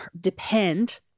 depend